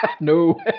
No